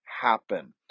happen